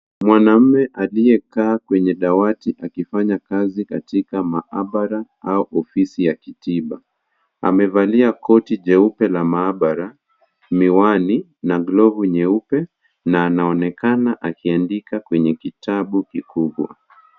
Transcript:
Mwanaume aliyekaa kwenye dawati akifanya kazi katika mahabara au ofisi ya kitiba. Amevalia koti jeupe la mahabara, miwani na glovu nyeupe na anaonekana akiandika kwenye kitabu kikubwa.